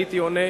הייתי עונה: